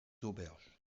auberges